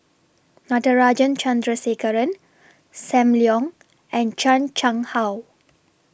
Natarajan Chandrasekaran SAM Leong and Chan Chang How